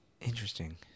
Interesting